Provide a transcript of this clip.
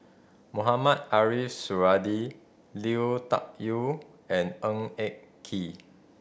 Mohamed Ariff Suradi Lui Tuck Yew and Ng Eng Kee